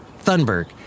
Thunberg